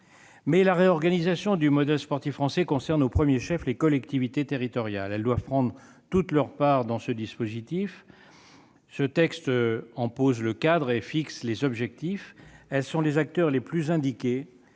Mais la réorganisation du modèle sportif français concerne au premier chef les collectivités territoriales. Elles doivent prendre toute leur part dans ce dispositif ; le présent texte en pose le cadre et fixe les objectifs. Elles sont les acteurs les plus indiqués